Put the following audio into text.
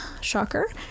Shocker